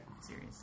series